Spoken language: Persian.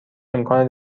امکان